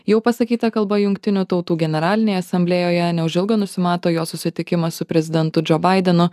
jau pasakyta kalba jungtinių tautų generalinėje asamblėjoje neužilgo nusimato jo susitikimas su prezidentu džo baidenu